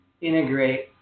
integrate